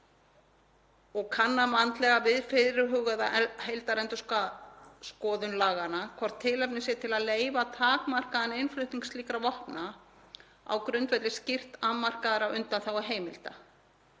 og kanna vandlega við fyrirhugaða heildarendurskoðun laganna hvort tilefni sé til að leyfa takmarkaðan innflutning slíkra vopna á grundvelli skýrt afmarkaðra undanþáguheimilda.